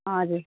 हजुर